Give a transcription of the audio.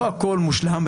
לא הכול מושלם,